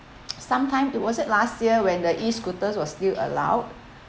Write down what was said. sometime it was it last year when the E scooters was still allowed